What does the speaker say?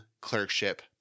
Clerkship